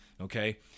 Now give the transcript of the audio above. Okay